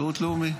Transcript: לשירות לאומי.